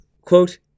quote